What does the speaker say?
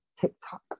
TikTok